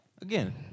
Again